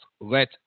let